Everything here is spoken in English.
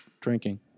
drinking